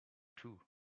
two